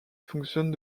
fonctionne